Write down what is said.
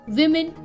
women